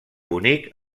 bonic